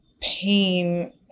pain